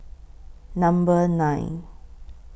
Number nine